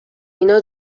اینا